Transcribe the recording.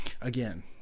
Again